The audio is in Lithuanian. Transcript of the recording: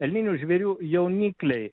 elninių žvėrių jaunikliai